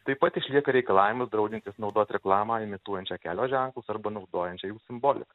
taip pat išlieka reikalavimas draudžiantis naudot reklamą imituojančią kelio ženklus arba naudojančią jų simboliką